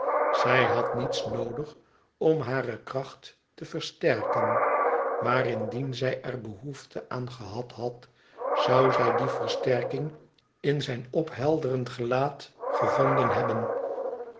zij had niets noodig om hare kracht te versterken maar indien zij er behoefte aan gehad had zou zij die versterking in zijn ophelderend gelaat gevonden hebben